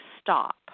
stop